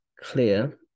clear